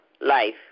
life